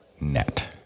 net